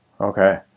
Okay